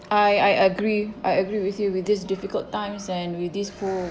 I I agree I agree with you with this difficult times and with this whole